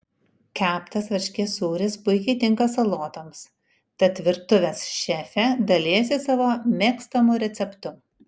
keptas varškės sūris puikiai tinka salotoms tad virtuvės šefė dalijasi savo mėgstamu receptu